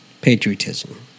Patriotism